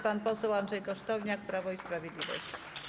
Pan poseł Andrzej Kosztowniak, Prawo i Sprawiedliwość.